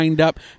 up